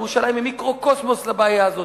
ירושלים היא מיקרוקוסמוס לבעיה הזאת.